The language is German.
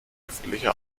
öffentlicher